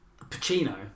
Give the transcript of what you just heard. Pacino